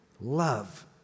love